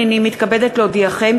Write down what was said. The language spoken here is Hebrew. הנני מתכבדת להודיעכם,